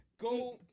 Go